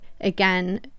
again